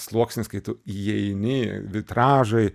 sluoksnis kai tu įeini vitražai